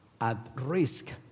at-risk